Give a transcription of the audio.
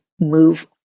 move